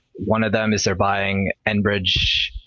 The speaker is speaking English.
one of them is, they're buying enbridge,